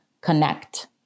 connect